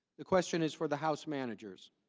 the question is for the house managers.